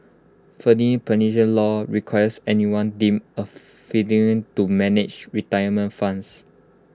federal pension law requires anyone deemed A fiduciary to manage retirement funds